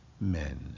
men